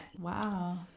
Wow